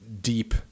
deep